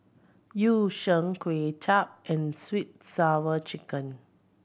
Yu Sheng Kuay Chap and sweet sour chicken